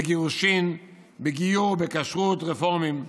בגירושים, בגיור, בכשרות רפורמיים.